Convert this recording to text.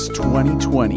2020